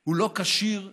הוא לא כשיר לתפקידו.